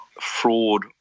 fraud